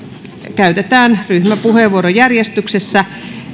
käytetään ryhmäpuheenvuorojärjestyksessä